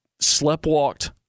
sleptwalked